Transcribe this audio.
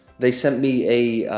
they sent me a